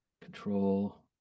control